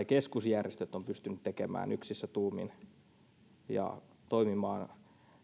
keskusjärjestöt ovat pystyneet tekemään yksissä tuumin ja toimimaan